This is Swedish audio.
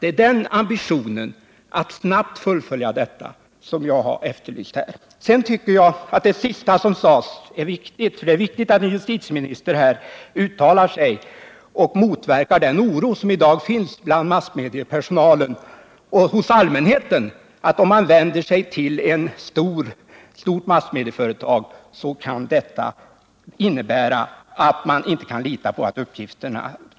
Det är ambitionen att snabbt fullfölja detta som jag här har efterlyst. Det sista som justitieministern sade tycker jag är viktigt. Det är väsentligt att justitieministern uttalar sig och motverkar den oro som i dag finns bland massmediepersonalen och bland allmänheten. Allmänheten är orolig för att uppgifterna inte förblir anonyma om den vänder sig till ett stort massmedieföretag.